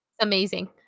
amazing